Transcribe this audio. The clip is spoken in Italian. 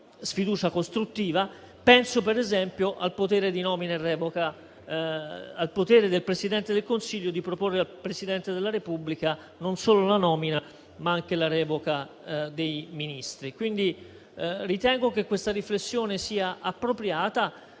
sfiducia costruttiva. Penso al potere di nomina e revoca, e al potere del Presidente del Consiglio di proporre al Presidente della Repubblica non solo la nomina, ma anche la revoca dei Ministri. Quindi, ritengo che questa riflessione sia appropriata.